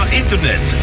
internet